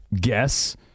guess